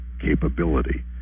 capability